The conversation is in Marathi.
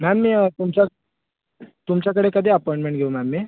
मॅम मी तुमच्या तुमच्याकडे कधी अपॉइंटमेंट घेऊ मॅम मी